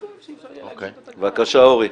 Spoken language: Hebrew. בבקשה, אורי.